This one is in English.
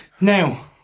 Now